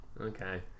okay